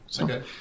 Okay